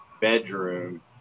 bedroom